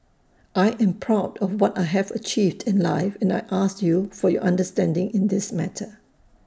I am proud of what I have achieved in life and I ask you for your understanding in this matter